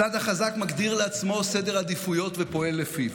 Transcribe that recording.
הצד החזק מגדיר לעצמו סדר עדיפויות ופועל לפיו.